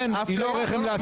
כן, היא לא רחם להשכרה.